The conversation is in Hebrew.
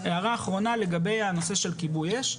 הערה אחרונה, לגבי הנושא של כיבוי אש,